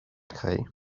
chi